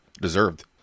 deserved